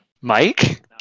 Mike